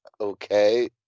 Okay